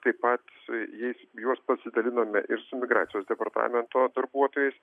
taip pat su jais juos pasidalinome ir su migracijos departamento darbuotojais